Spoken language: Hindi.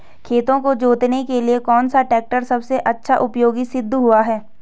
खेतों को जोतने के लिए कौन सा टैक्टर सबसे अच्छा उपयोगी सिद्ध हुआ है?